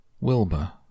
Wilbur